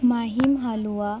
Mahim হালুয়া